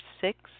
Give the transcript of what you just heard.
six